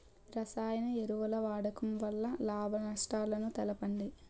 రసాయన ఎరువుల వాడకం వల్ల లాభ నష్టాలను తెలపండి?